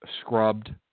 scrubbed